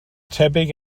tebyg